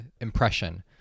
impression